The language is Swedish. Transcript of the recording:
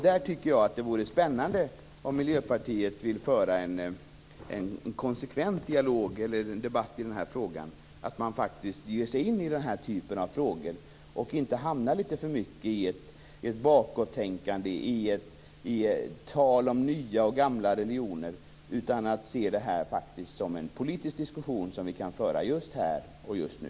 Där tycker jag att det vore spännande om Miljöpartiet vill föra en konsekvent dialog eller debatt och faktiskt ge sig in i den här typen av frågor så att man inte hamnar litet för mycket i ett bakåttänkande, i tal om nya och gamla religioner. Man måste se detta som en politisk diskussion som vi kan föra just här och just nu.